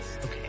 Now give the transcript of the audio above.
Okay